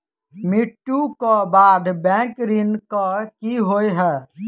मृत्यु कऽ बाद बैंक ऋण कऽ की होइ है?